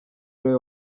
ari